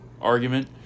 argument